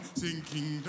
sinking